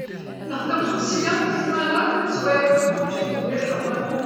نخدم خمسيام في السمانه، تلت سوايع كل يوم تجيني مليحة، رائعة.